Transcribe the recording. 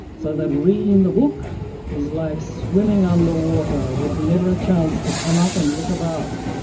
so that reading the book is like swimming underwater with never a chance to come up and look about.